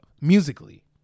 musically